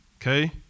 okay